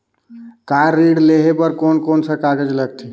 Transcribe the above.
Car ऋण लेहे बार कोन कोन सा कागज़ लगथे?